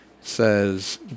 says